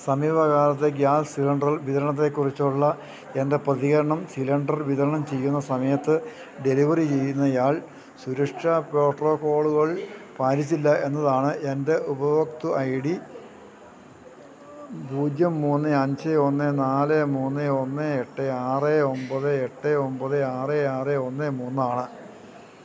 സമീപകാലത്തെ gas cylinder വിതരണത്തെ കുറിച്ചുള്ള എൻറ്റെ പ്രതികരണം സിലണ്ടർ വിതരണം ചെയ്യുന്ന സമയത്ത് ഡെലിവറി ചെയ്യുന്നയാൾ സുരക്ഷാ പ്രോട്ടോക്കോള്കൾ പാലിച്ചില്ല എന്നതാണ് എൻറ്റെ ഉപഭോക്തു ഐ ഡി പൂജ്യം മൂന്ന് അഞ്ച് ഒന്ന് നാല് മൂന്ന് ഒന്ന് എട്ട് ആറ് ഒൻപത് എട്ട് ഒൻപത് ആറ് ആറ് ഒന്ന് മൂന്ന് ആണ്